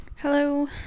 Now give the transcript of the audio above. Hello